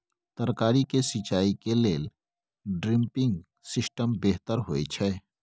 तरकारी के सिंचाई के लेल ड्रिपिंग सिस्टम बेहतर होए छै?